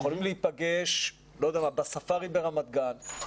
יכולים להיפגש בספארי ברמת גן,